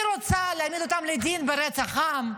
היא רוצה להעמיד אותם לדין ברצח עם?